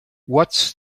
what’s